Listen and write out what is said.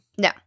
No